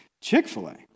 Chick-fil-A